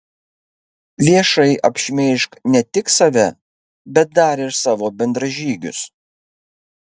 viešai apšmeižk ne tik save bet dar ir savo bendražygius